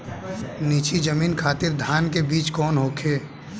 नीची जमीन खातिर धान के बीज कौन होखे?